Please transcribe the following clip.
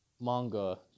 manga